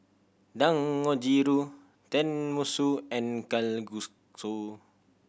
Dangojiru Tenmusu and